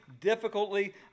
difficultly